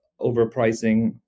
overpricing